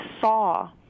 saw